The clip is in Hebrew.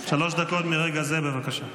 שלוש דקות מרגע זה, בבקשה.